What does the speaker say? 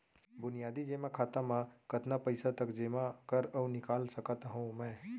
बुनियादी जेमा खाता म कतना पइसा तक जेमा कर अऊ निकाल सकत हो मैं?